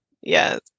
Yes